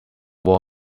wall